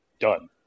done